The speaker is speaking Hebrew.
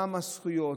גם מה הזכויות,